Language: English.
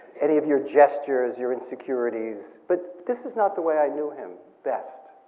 any of your gestures, your insecurities, but this is not the way i knew him best.